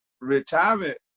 retirement